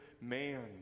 man